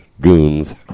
goons